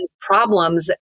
problems